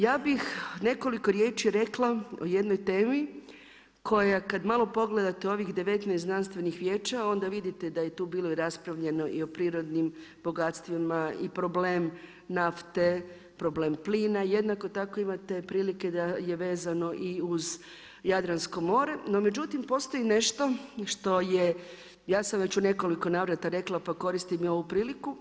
Ja bih nekoliko riječi o jednoj temi koja kad malo pogledate ovih 19 Znanstvenih vijeća, onda vidite da je tu bilo raspravljeno i o prirodnim bogatstvima i problem nafte, problem plina, jednako tako imate prilike da je vezano i uz Jadransko more, no međutim postoji nešto što je, ja sam već u nekoliko navrata rekla, pa koristim i ovu priliku.